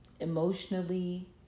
emotionally